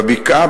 בבקעה,